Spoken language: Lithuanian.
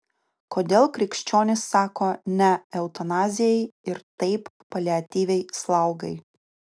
kodėl krikščionys sako ne eutanazijai ir taip paliatyviai slaugai